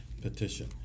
petition